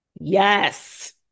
Yes